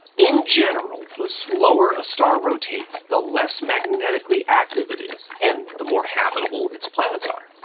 in general, the slower a star rotates, the less magnetically active it is, and the more habitable its planets are.